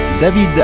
David